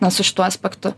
na su šituo aspektu